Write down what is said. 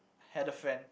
had a friend